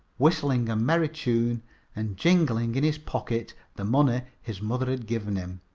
whistling a merry tune and jingling in his pocket the money his mother had given him.